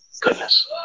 Goodness